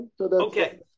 Okay